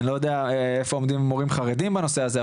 אני לא יודע איפה עומדים מורים חרדים בנושא הזה,